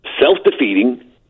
self-defeating